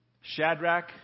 Shadrach